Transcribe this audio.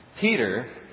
Peter